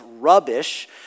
rubbish